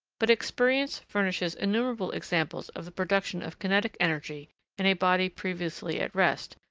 but experience furnishes innumerable examples of the production of kinetic energy in a body previously at rest,